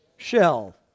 Shell